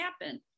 happen